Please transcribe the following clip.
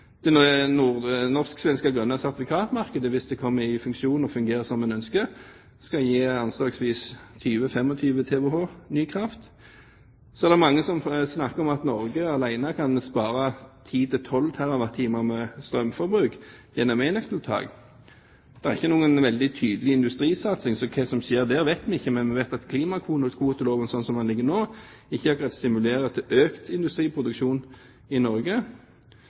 Det norsk-svenske grønne sertifikatmarkedet – hvis det kommer i funksjon og fungerer som man ønsker – skal gi anslagsvis 20–25 TWh ny kraft. Så er det mange som snakker om at Norge alene kan spare 10–12 TWh i strømforbruk gjennom enøktiltak. Det er ikke noen veldig tydelig industrisatsing, så hva som skjer der, vet vi ikke. Men vi vet at klimakvoteloven, slik den ligger nå, ikke akkurat stimulerer til økt industriproduksjon i Norge.